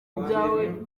ibyawe